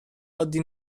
عادی